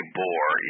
bore